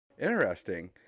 Interesting